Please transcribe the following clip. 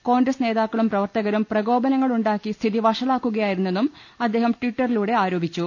കോൺഗ്രസ് നേതാക്കളും പ്രവർത്തകരും പ്രകോ പനങ്ങളുണ്ടാക്കി സ്ഥിതി വഷളാക്കുകയായിരുന്നെന്നും അദ്ദേഹം ടിറ്ററിലൂടെ ആരോപിച്ചു